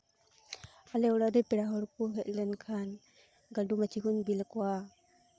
ᱟᱞᱮ ᱚᱲᱟᱜ ᱨᱮ ᱯᱮᱲᱟ ᱦᱚᱲ ᱠᱚ ᱦᱮᱡ ᱞᱮᱱᱠᱷᱟᱱ ᱜᱟᱱᱰᱳ ᱢᱟᱹᱪᱤ ᱠᱳᱧ ᱵᱤᱞ ᱟᱠᱚᱣᱟ